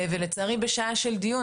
ולצערי בשעה של דיון,